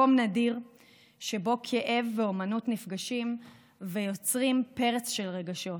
מקום נדיר שבו כאב ואומנות נפגשים ויוצרים פרץ של רגשות.